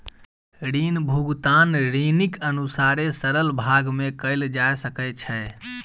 ऋण भुगतान ऋणीक अनुसारे सरल भाग में कयल जा सकै छै